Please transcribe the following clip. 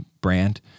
brand